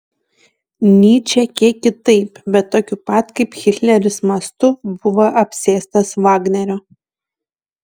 nyčė kiek kitaip bet tokiu pat kaip hitleris mastu buvo apsėstas vagnerio